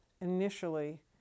initially